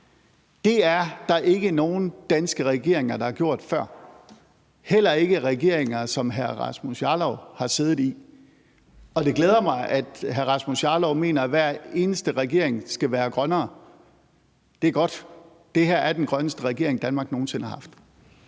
Det er der ikke nogen danske regeringer der har gjort før, heller ikke regeringer, som hr. Rasmus Jarlov har siddet i. Og det glæder mig, at hr. Rasmus Jarlov mener, at hver eneste regering skal være grønnere – det er godt. Det her er den grønneste regering, Danmark nogen sinde har haft.